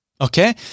okay